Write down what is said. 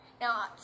Now